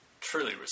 truly